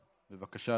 בבקשה,